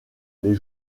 les